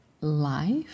life